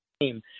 name